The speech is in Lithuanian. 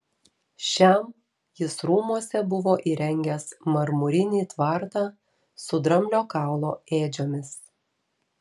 šiam jis rūmuose buvo įrengęs marmurinį tvartą su dramblio kaulo ėdžiomis